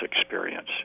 experience